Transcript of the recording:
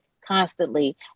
constantly